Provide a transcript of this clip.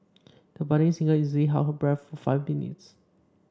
the budding singer easily held her breath for five minutes